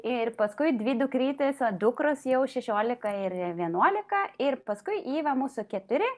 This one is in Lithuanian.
ir paskui dvi dukrytės dukros jau šešiolika ir vienuolika ir paskui iva mūsų keturi